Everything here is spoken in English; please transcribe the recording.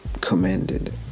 commended